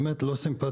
באמת לא סימפטי.